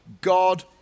God